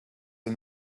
and